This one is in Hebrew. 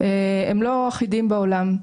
הם לא אחידים בעולם.